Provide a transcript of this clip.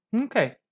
Okay